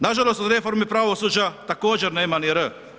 Nažalost od reformi pravosuđa također nema ni „r“